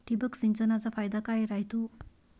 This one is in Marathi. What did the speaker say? ठिबक सिंचनचा फायदा काय राह्यतो?